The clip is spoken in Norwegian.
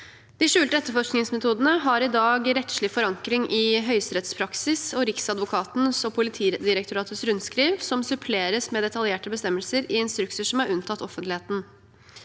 De skjulte etterforskningsmetodene har i dag rettslig forankring i høyesterettspraksis og Riksadvokatens og Politidirektoratets rundskriv, som suppleres med detaljerte bestemmelser i instrukser som er unntatt offentligheten.